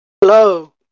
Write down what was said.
Hello